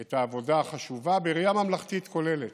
את העבודה החשובה בראייה ממלכתית כוללת.